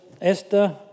Esther